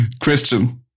Christian